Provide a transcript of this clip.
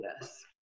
Yes